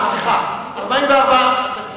סליחה, אתם צודקים.